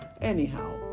Anyhow